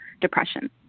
depression